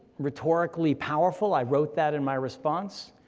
rhetorically powerful, i wrote that in my response,